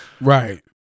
Right